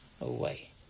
away